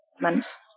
months